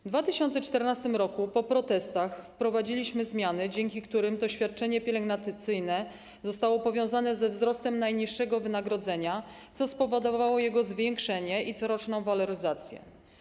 W 2014 r. po protestach wprowadziliśmy zmiany, dzięki którym to świadczenie pielęgnacyjne zostało powiązane ze wzrostem najniższego wynagrodzenia, co spowodowało jego zwiększenie i coroczną waloryzację.